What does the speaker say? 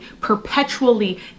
perpetually